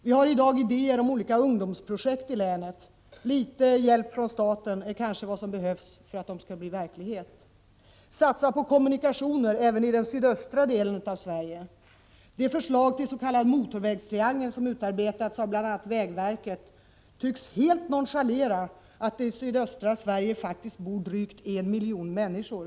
Vi har i dag idéer om olika ungdomsprojekt i länet. Litet hjälp från staten är kanske vad som behövs för att de skall bli verklighet. Man bör satsa på kommunikationerna även i den sydöstra delen av Sverige. I det förslag till s.k. motorvägstriangel som utarbetats av bl.a. vägverket tycks helt nonchaleras att det i sydöstra Sverige faktiskt bor drygt en miljon människor.